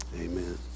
amen